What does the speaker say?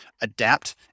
adapt